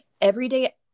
everyday